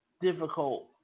difficult